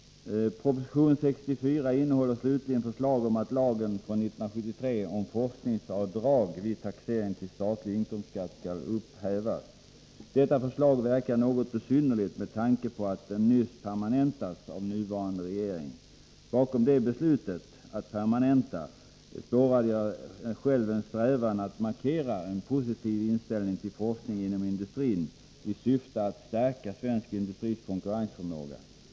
Proposition 64 innehåller slutligen förslag om att lagen från 1973 om forskningsavdrag vid taxering till statlig inkomstskatt skall upphävas. Detta förslag verkar något besynnerligt med tanke på att avdraget nyss permanentats av nuvarande regering. Bakom det beslutet spårade jag själv en strävan att markera en positiv inställning till forskning inom industrin i syfte att stärka svensk industris konkurrensförmåga.